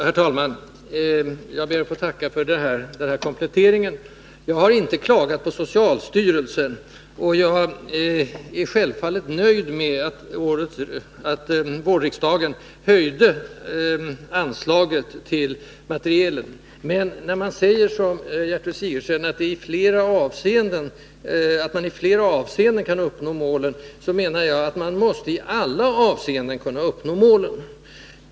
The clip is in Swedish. Herr talman! Jag ber att få tacka för kompletteringen. Jag har inte klagat på socialstyrelsen, och jag är självfallet nöjd med att riksdagen under våren höjde anslaget till materielen. Men när Gertrud Sigurdsen säger att man i flera avseenden kan uppnå målen, menar jag att man i alla avseenden måste kunna uppnå målen.